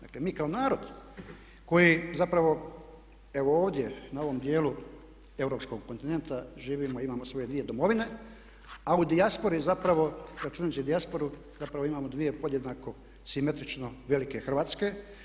Dakle, mi kao narod koji zapravo evo ovdje zapravo na ovom dijelu Europskog kontinenta živimo, imamo svoje dvije domovine a u dijaspori zapravo, računajući dijasporu zapravo imamo dvije podjednako simetrično velike Hrvatske.